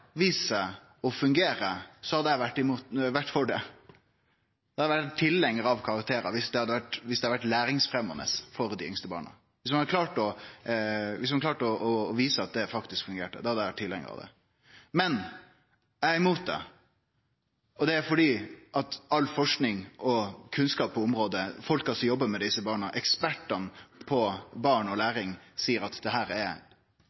vore for det. Eg hadde vore tilhengar av karakterar viss det hadde vore læringsfremjande for dei yngste barna. Viss ein hadde klart å vise at det faktisk fungerte, hadde eg vore tilhengar av det. Men eg er imot det, og det er fordi all forsking og kunnskap på området og fordi folka som jobbar med desse barna – ekspertane på barn og læring – seier at det er ein skikkeleg tabbe å bevege seg i den retninga. Det er